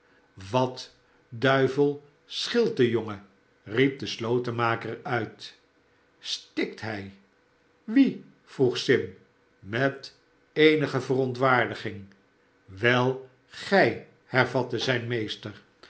wat duivel scheelt den jongen riep de slotenmaker uit xstikt hij wie vroeg sim met eenige verontwaardiging wel gij hervatte zijn meester